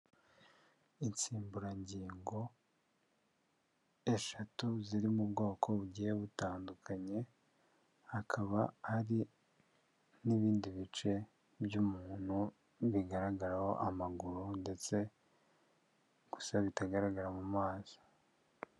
Insimburangingo eshatu ziri mu bwoko bugiye butandukanye, hakaba hari n'ibindi bice by'umuntu bigaragaraho amaguru ndetse gusa bitagaragara mu maso.